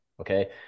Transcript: Okay